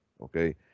okay